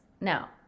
now